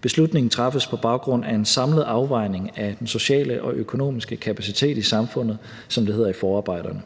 Beslutningen træffes på baggrund af en samlet afvejning af den sociale og økonomiske kapacitet i samfundet, som det hedder i forarbejderne.